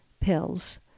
pills